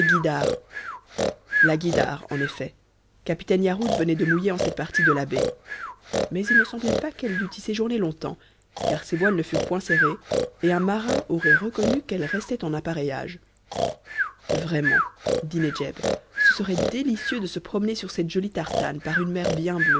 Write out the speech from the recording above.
la guïdare en effet capitaine yarhud venait de mouiller en cette partie de la baie mais il ne semblait pas qu'elle dût y séjourner longtemps car ses voiles ne furent point serrées et un marin aurait reconnu qu'elle restait en appareillage vraiment dit nedjeb ce serait délicieux de se promener sur cette jolie tartane par une mer